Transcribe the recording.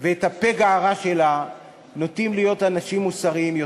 ואת הפגע הרע שבה נוטים להיות אנשים מוסריים יותר.